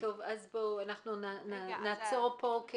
נעצור פה,